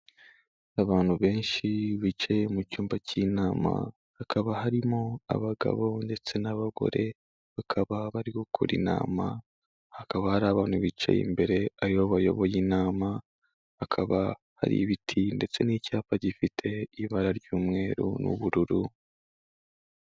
Abantu benshi bicaye mu cyumba cy'inama hakaba harimo abagabo ndetse n'abagore bakaba bari gukora inama, hakaba hari abantu bicaye imbere ari bo bayoboye inama hakaba hari ibiti ndetse n'icyapa gifite ibara ry'umweru n'ubururu.